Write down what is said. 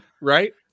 right